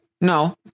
no